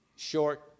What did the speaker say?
short